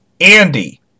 Andy